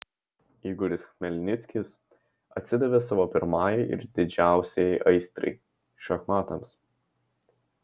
igoris chmelnickis atsidavė savo pirmajai ir didžiausiai aistrai šachmatams